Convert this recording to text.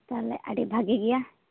ᱛᱟᱦᱚᱞᱮ ᱟᱹᱰᱤ ᱵᱷᱟᱹᱜᱤ ᱜᱮᱭᱟ